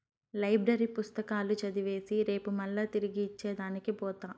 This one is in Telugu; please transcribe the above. లైబ్రరీ పుస్తకాలు చదివేసి రేపు మల్లా తిరిగి ఇచ్చే దానికి పోత